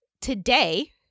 today